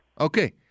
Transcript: Okay